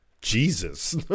Jesus